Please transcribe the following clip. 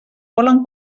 volen